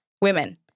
women